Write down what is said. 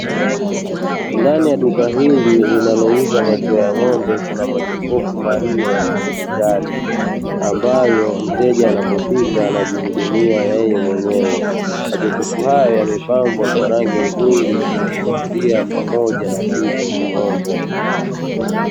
Ndani ya duka hili linalouza maziwa ya ng'ombe, kuna majokofu manne ya kidijitali, ambayo mteja anapofika anajihudumia yeye mwenyewe, majokofu haya yamepambwa kwa rangi nzuri zenye kuvutia pamoja na picha ya ng'ombe.